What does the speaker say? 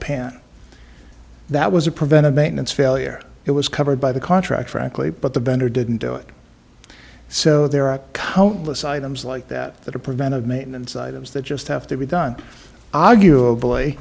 pan that was a preventive maintenance failure it was covered by the contract frankly but the vendor didn't do it so there are countless items like that that are preventive maintenance items that just have to be done arguably